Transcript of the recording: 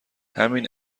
همین